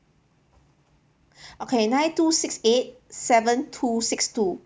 okay nine two six eight seven two six two